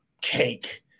cake